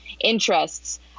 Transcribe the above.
interests